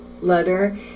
letter